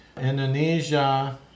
Indonesia